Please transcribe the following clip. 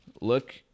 look